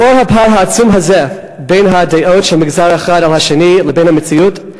לאור הפער העצום הזה בין הדעות של מגזר אחד על השני לבין המציאות,